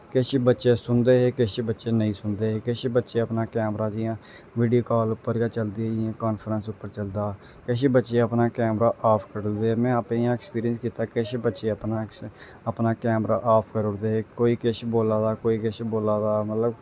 किश बच्चे सुनदे हे किश बच्चे नेईं सुनदे हे किश बच्चे अपना कैमरा जियां वीडियो काल उप्पर गै चलदी ही कांफ्रैंस उप्पर चलदा हा किश बच्चे अपना कैमरा ऑफ करी ओड़दे हे में आपें इ'यां ऐक्सपिरियंस कीता किश बच्चे अपना अपना कैमरा आफ करी ओड़दे हे कोई किश बोला दा कोई किश बोला दा मतलब